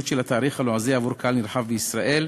של התאריך הלועזי עבור קהל נרחב בישראל.